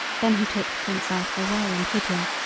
then he took prince arthur away and hid him,